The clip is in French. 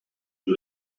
que